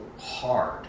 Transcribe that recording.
hard